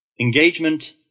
Engagement